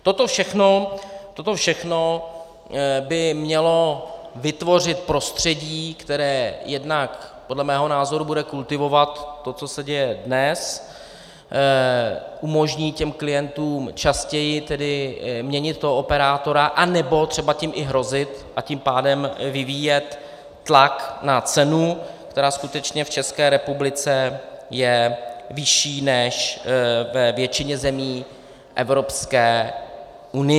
Toto všechno by mělo vytvořit prostředí, které jednak podle mého názoru bude kultivovat to, co se děje dnes, umožní klientům častěji měnit operátora, anebo třeba tím i hrozit a tím pádem vyvíjet tlak na cenu, která skutečně v České republice je vyšší než ve většině zemí Evropské unie.